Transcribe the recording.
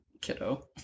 kiddo